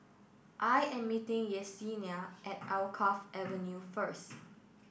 I am meeting Yessenia at Alkaff Avenue first